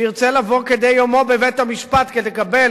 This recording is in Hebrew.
שירצה לבוא כדי יומו בבית-המשפט כדי לקבל